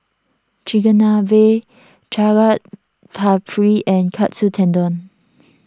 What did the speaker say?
Chigenabe Chaat Papri and Katsu Tendon